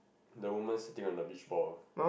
the women sitting on the beach ball